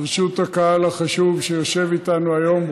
ברשות הקהל החשוב שיושב איתנו היום,